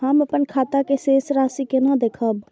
हम अपन खाता के शेष राशि केना देखब?